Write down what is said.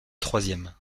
troisième